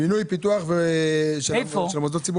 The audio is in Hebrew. לבינוי, פיתוח ושיפוץ המוסדות.